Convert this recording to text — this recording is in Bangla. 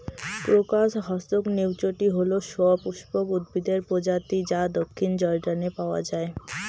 ক্রোকাস হসকনেইচটি হল সপুষ্পক উদ্ভিদের প্রজাতি যা দক্ষিণ জর্ডানে পাওয়া য়ায়